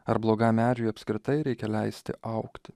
ar blogam medžiui apskritai reikia leisti augti